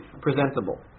presentable